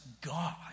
God